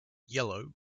yellow